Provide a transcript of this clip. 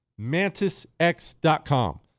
Mantisx.com